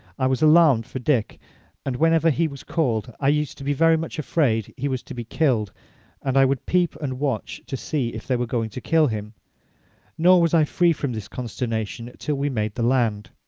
i was alarmed for dick and whenever he was called i used to be very much afraid he was to be killed and i would peep and watch to see if they were going to kill him nor was i free from this consternation till we made the land.